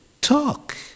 talk